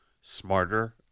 smarter